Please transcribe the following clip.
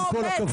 עם כל הכבוד.